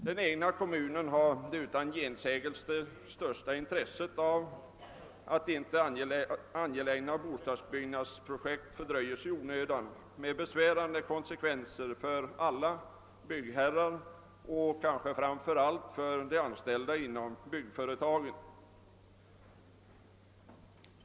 Den egna kommunen har det uian gensägelse största intresset av att angelägna bostadsbyggnadsprojekt inte fördröjs i onödan med besvärande konsekvenser för alla byggherrar och kanske framför allt för de anställda inom byggföretagen.